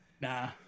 Nah